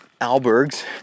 albergs